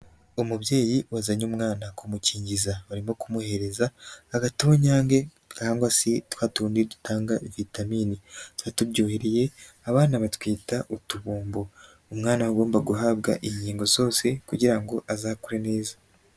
Umubyeyi wazanye umwana kumukingiza. Barimo kumuhereza agatonyange, cyangwa se twa tundi dutanga vitaminini, tuba turyohereye. Abana batwita utubombo. Umwana agomba guhabwa inkingo zose, kugira ngo azakure neza.